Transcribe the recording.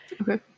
Okay